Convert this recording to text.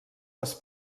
les